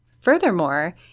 Furthermore